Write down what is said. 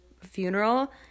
funeral